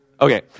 Okay